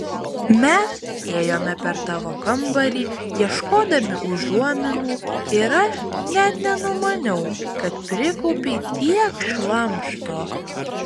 mes ėjome per tavo kambarį ieškodami užuominų ir aš net nenumaniau kad prikaupei tiek šlamšto